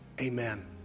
Amen